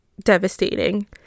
devastating